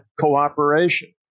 cooperation